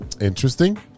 interesting